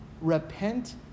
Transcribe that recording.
Repent